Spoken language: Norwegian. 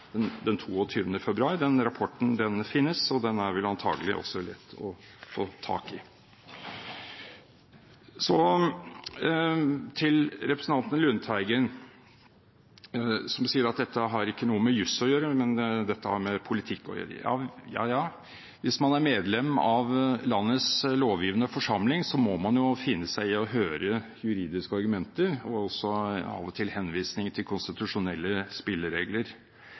den 22. februar. Den rapporten finnes og er antagelig også lett å få tak i. Til representanten Lundteigen som sier at dette ikke har noe med juss, men med politikk å gjøre: Ja, ja, hvis man er medlem av landets lovgivende forsamling, må man finne seg i å høre juridiske argumenter og av og til også henvisninger til konstitusjonelle spilleregler.